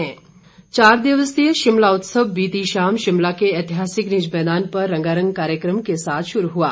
शिमला उत्सव चार दिवसीय शिमला उत्सव बीती शाम शिमला के ऐतिहासिक रिज मैदान पर रंगारंग कार्यक्रम के साथ शुरू हुआ